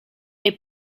est